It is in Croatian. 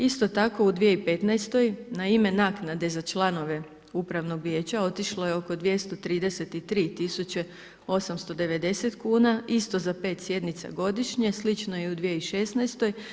Isto tako u 2015. na ime naknade za članove upravnog vijeća otišlo je oko 233 tisuće 890 kuna isto za 5 sjednica godišnje, slično je i u 2016.